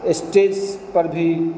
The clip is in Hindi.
एस्टेस पर भी